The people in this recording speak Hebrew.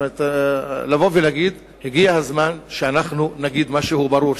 לבוא ולהגיד: הגיע הזמן שאנחנו נגיד משהו ברור,